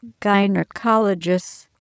Gynecologists